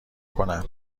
کنم